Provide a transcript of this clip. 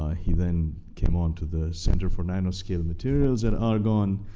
ah he then came on to the center for nanoscale materials at argonne.